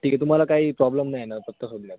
ठीक आहे तुम्हाला काही प्रॉब्लम नाही येणार पत्ता शोधण्यात